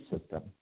system